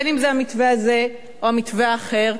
אם המתווה הזה או המתווה האחר,